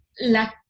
La